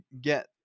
get